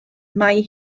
mae